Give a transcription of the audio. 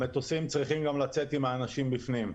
המטוסים צריכים גם לצאת עם אנשים בתוכם.